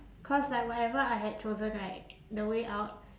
cause like whatever I had chosen right the way out